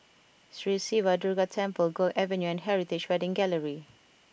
Sri Siva Durga Temple Guok Avenue and Heritage Wedding Gallery